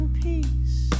peace